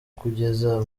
kugeza